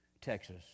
Texas